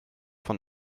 von